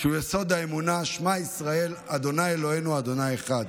שהוא יסוד האמונה: "שמע ישראל ה' אלוהינו ה' אחד",